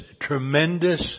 tremendous